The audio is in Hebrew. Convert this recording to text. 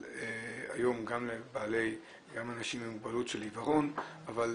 גם לאנשים עם מוגבלות של עיוורון, אבל